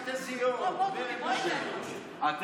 בבוקר איחרתי לכנסת בגלל שלא נתנו לי להיכנס.